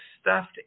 stuffed